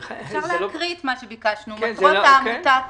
ביקשנו את מטרות העמותה,